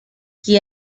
qui